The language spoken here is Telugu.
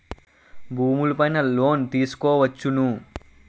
భూములు పైన లోన్ తీసుకోవచ్చును